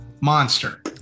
Monster